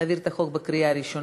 להעביר את הצעת החוק בקריאה ראשונה,